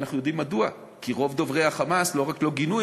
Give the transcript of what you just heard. ואנחנו יודעים מדוע: כי רוב דוברי ה"חמאס" לא רק שלא גינו,